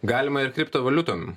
galima ir kriptovaliutom